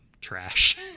trash